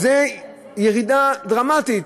זו ירידה דרמטית.